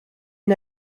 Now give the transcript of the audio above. n’a